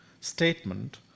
statement